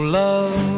love